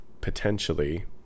potentially